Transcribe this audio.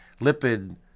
lipid